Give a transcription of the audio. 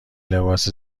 لباس